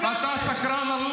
אתה שקרן.